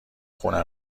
خونه